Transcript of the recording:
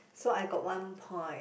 so I got one point